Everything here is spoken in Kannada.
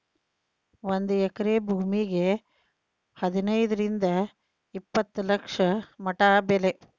ಒಂದ ಎಕರೆ ಭೂಮಿಗೆ ಹದನೈದರಿಂದ ಇಪ್ಪತ್ತ ಲಕ್ಷ ಮಟಾ ಬೆಲೆ